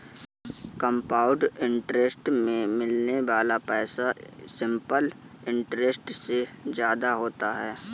compound interest में मिलने वाला पैसा सिंपल इंटरेस्ट से ज्यादा होता है